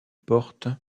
porte